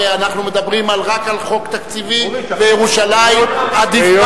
ואנחנו מדברים רק על חוק תקציבי וירושלים עדיפה.